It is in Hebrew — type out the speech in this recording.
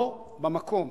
לא במקום.